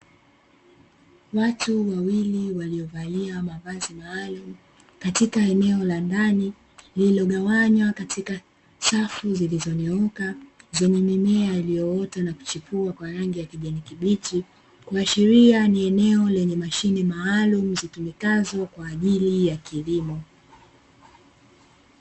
Watu wawili waliovalia mavazi maalumu katika eneo la ndani lililogawanywa katika safu zilizonyooka, zenye mimea iliyoota na kuchepua kwa rangi ya kijani kibichi, kuashiria ni eneo lenye mashine maalumu zitumikazo kwa ajili ya kilimo.